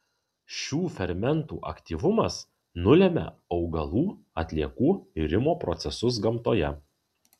šių fermentų aktyvumas nulemia augalų atliekų irimo procesus gamtoje